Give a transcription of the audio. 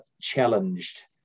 challenged